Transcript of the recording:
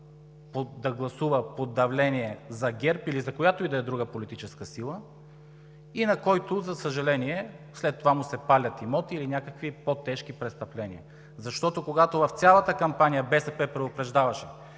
да гласува под давление за ГЕРБ, или за която и да е друга политическа сила и на който, за съжаление, след това му се палят имоти, или някакви по-тежки престъпления. В цялата кампания БСП предупреждаваше,